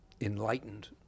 enlightened